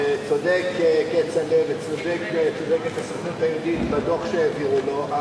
וצודק כצל'ה וצודקת הסוכנות היהודית בדוח שהעבירו לו,